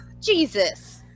Jesus